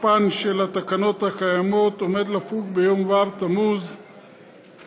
תוקפן של התקנות הקיימות עומדת לפוג ביום ו' תמוז התשע"ז,